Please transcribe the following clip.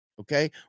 okay